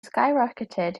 skyrocketed